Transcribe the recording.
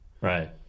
Right